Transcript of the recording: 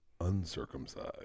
Uncircumcised